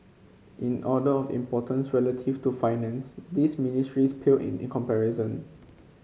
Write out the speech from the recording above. in order of importance relative to Finance these ministries pale in in comparison